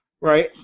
Right